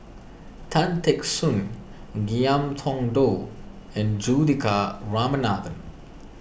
Tan Teck Soon Ngiam Tong Dow and Juthika Ramanathan